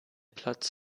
platz